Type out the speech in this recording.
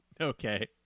Okay